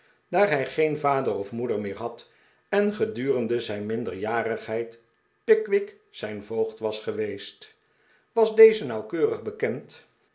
daar hij geen vader of moeder meer had en gedurende zijn minder jarigheid pickwick zijn voogd was geweest was deze nauwkeurig bekend